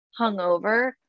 hungover